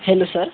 hello sir